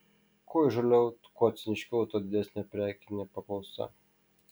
kuo įžūliau kuo ciniškiau tuo didesnė prekinė paklausa